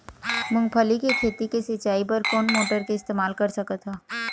मूंगफली के खेती के सिचाई बर कोन मोटर के इस्तेमाल कर सकत ह?